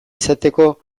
izateko